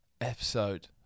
episode